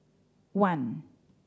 one